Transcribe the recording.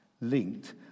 linked